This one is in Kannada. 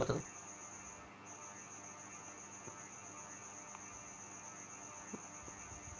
ಎನ್.ಬಿ.ಎಫ್.ಸಿ ಅನ್ನು ಬಳಸೋರಿಗೆ ಮತ್ತೆ ಬಿಸಿನೆಸ್ ಮಾಡೋರಿಗೆ ಯಾವ ರೇತಿ ಸಾಲ ಸಿಗುತ್ತೆ?